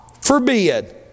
forbid